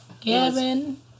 Gavin